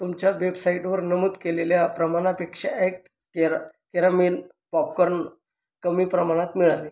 तुमच्या वेबसाईटवर नमूद केलेल्या प्रमाणापेक्षा ॲक्ट कॅरा कॅरामेन पॉपकॉर्न कमी प्रमाणात मिळाले